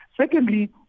Secondly